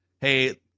Hey